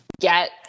get